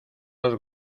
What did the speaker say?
los